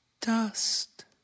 Dust